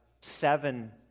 seven